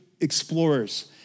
explorers